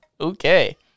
Okay